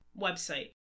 website